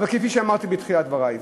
אבל כפי שאמרתי בתחילת דברי,